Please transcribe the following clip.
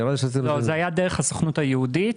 זה היה דרך הסוכנות היהודית.